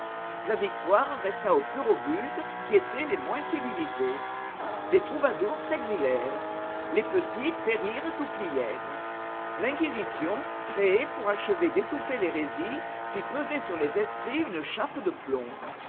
la victoire resta aux plus robustes qui étaient les moins civilisés les troubadours s'exilèrent les petits périrent ou plièrent l'inquisition créée pour achever d'étoufter l'hérésie fit peser sur les esprits une chape de plomb